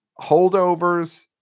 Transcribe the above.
Holdovers